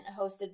hosted